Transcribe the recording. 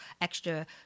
extra